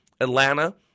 Atlanta